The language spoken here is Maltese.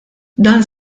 dan